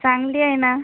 चांगली आहे ना